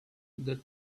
the